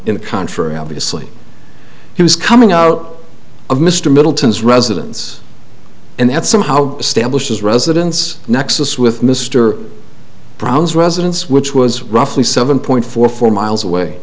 in the contrary obviously he was coming out of mr middleton's residence and that somehow establishes residence nexus with mr brown's residence which was roughly seven point four four miles away